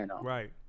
Right